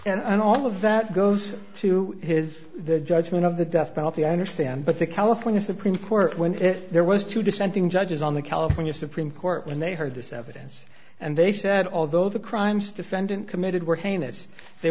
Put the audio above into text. here and all of that goes to his the judgment of the death penalty i understand but the california supreme court when there was two dissenting judges on the california supreme court when they heard this evidence and they said although the crimes defendant committed were heinous they